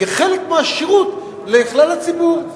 כחלק מהשירות לכלל הציבור.